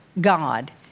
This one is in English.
God